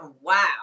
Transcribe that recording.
Wow